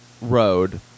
road